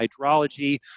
hydrology